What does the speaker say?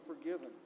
forgiven